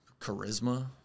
charisma